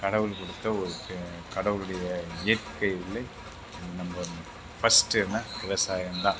கடவுள் கொடுத்த ஒரு பெ கடவுளுடைய இயற்கையிலே நம்பர் ஃபஸ்ட்டுனால் விவசாயம்தான்